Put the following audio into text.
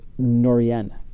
Norien